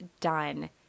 done